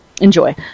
enjoy